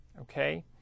okay